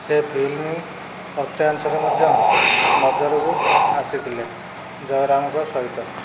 ସେ ଫିଲ୍ମ ଅଚାୟନ୍ସରେ ମଧ୍ୟ ନଜରକୁ ଆସିଥିଲେ ଜୟରାମଙ୍କ ସହିତ